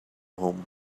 home